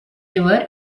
river